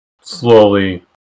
slowly